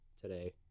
today